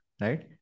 right